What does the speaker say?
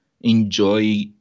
enjoy